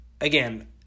again